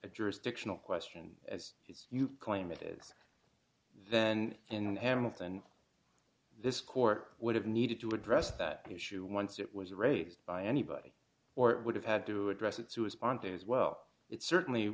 a jurisdictional question as you claim it is then and hamilton this court would have needed to address that issue once it was raised by anybody or it would have had to address it so as ponting as well it certainly